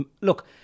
Look